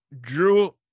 Drew